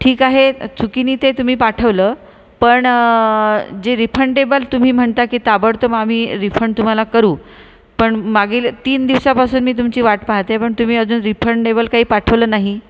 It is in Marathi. ठीक आहे चुकीनी ते तुम्ही पाठवलं पण जे रिफंडेबल तुम्ही म्हणता की ताबडतोब आम्ही रिफंड तुम्हाला करू पण मागील तीन दिवसापासून मी तुमची वाट पाहते पण तुम्ही अजून रीफंडेबल काही पाठवलं नाही